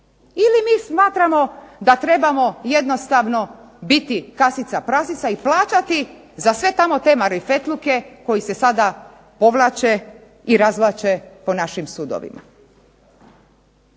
Ili mi smatramo da trebamo jednostavno biti kasica prasica i plaćati za sve tamo te marifetluke koji se sada povlače i razvlače po našim sudovima.